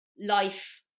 life